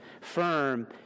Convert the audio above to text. firm